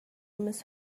miss